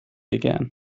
again